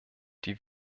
die